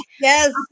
Yes